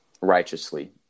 righteously